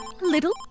little